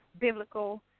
Biblical